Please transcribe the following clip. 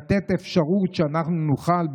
לתת אפשרות שאנחנו נוכל,